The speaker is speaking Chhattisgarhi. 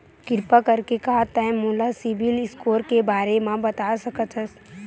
किरपा करके का तै मोला सीबिल स्कोर के बारे माँ बता सकथस?